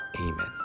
Amen